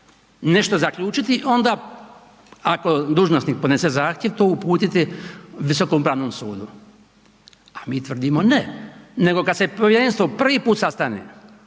nešto zaključiti, onda ako dužnosnik podnese zahtjev to uputiti Visokom upravnom sudu. A mi tvrdimo ne, nego kada se povjerenstvo prvi put sastane